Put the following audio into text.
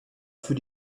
für